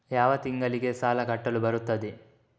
ಯಾವ ತಿಂಗಳಿಗೆ ಸಾಲ ಕಟ್ಟಲು ಬರುತ್ತದೆ?